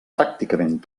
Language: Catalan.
pràcticament